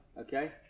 okay